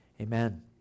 amen